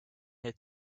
here